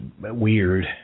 weird